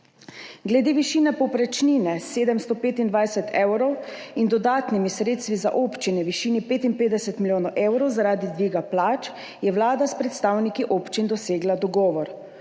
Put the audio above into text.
Glede višine povprečnine, 725 evrov, in dodatnih sredstev za občine v višini 55 milijonov evrov zaradi dviga plač je Vlada s predstavniki občin dosegla dogovor.